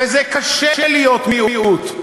וזה קשה להיות מיעוט.